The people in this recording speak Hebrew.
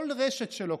כל רשת שלו,